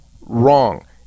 wrong